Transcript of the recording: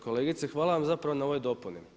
Kolegice hvala vam zapravo na ovoj dopuni.